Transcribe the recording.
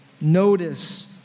Notice